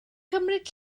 cymryd